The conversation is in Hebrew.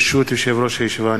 ברשות יושב-ראש הישיבה,